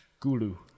gulu